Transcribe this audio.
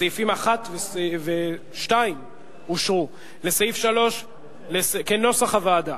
סעיפים 1 ו-2 אושרו כנוסח הוועדה.